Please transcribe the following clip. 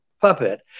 puppet